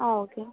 okay